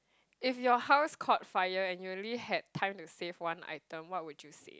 if your house caught fire and you only have time to save one item what would you save